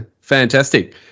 Fantastic